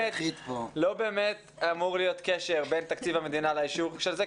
לא באמת אמור להיות קשר בין תקציב המדינה לאישור של זה,